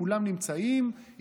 כולם נמצאים,